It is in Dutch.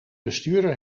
bestuurder